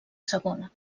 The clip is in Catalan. segona